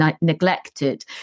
neglected